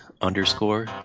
underscore